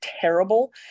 terrible